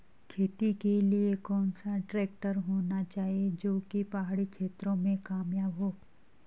खेती के लिए कौन सा ट्रैक्टर होना चाहिए जो की पहाड़ी क्षेत्रों में कामयाब हो?